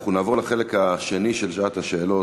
אנחנו נעבור לחלק השני של שעת השאלות,